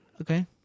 Okay